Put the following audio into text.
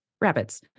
rabbits